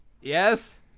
Yes